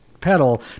pedal